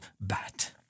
bat